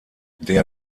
der